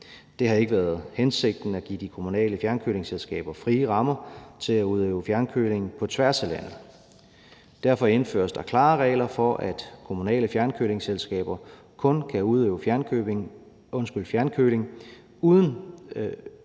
Det har ikke været hensigten at give de kommunale fjernkølingsselskaber frie rammer til at udøve fjernkøling på tværs af landet. Derfor indføres der klare regler om, at kommunale fjernkølingsselskaber kun kan udøve fjernkøling uden for